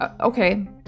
okay